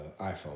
iPhone